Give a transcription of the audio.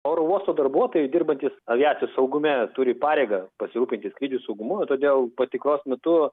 oro uosto darbuotojai dirbantys aviacijos saugume turi pareigą pasirūpinti skrydžių saugumu todėl patikros metu